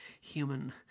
human